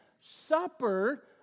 supper